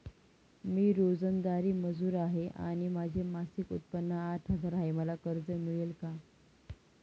मी रोजंदारी मजूर आहे आणि माझे मासिक उत्त्पन्न आठ हजार आहे, मला कर्ज मिळेल का?